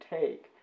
take